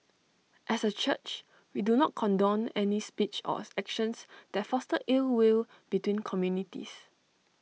as A church we do not condone any speech or actions that foster ill will between communities